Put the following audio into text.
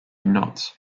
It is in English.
knots